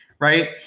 right